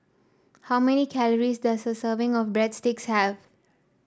how many calories does a serving of Breadsticks have